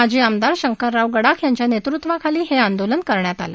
माजी आमदार शंकरराव गडाख यांच्या नेतृत्वाखाली हे आंदोलन करण्यात आलं